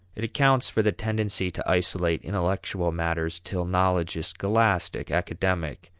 it accounts for the tendency to isolate intellectual matters till knowledge is scholastic, academic,